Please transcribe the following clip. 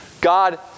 God